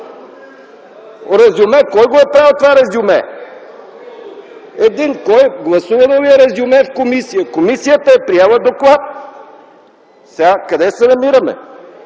Резюме? Кой го е правил това резюме? Един! Гласувано ли е резюме в комисия? Комисията е приела доклад. Сега къде се намираме?